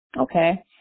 Okay